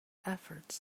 efforts